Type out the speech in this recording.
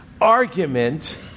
argument